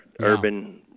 urban